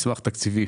מסמך תקציבי?